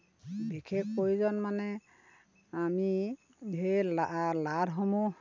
বিশেষ প্ৰয়োজন মানে আমি সেই লাদসমূহ